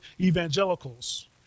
evangelicals